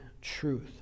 truth